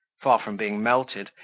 far from being melted,